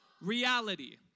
Reality